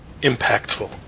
impactful